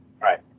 right